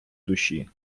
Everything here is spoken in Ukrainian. душі